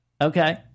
Okay